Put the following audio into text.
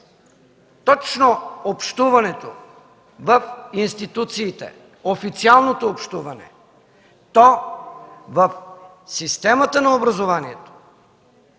точно общуването в институциите – официалното общуване, то в системата на образованието